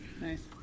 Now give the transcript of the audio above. Nice